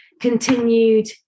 continued